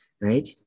right